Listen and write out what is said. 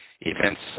events